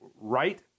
right